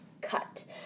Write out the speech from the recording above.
cut